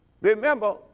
Remember